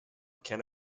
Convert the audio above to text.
can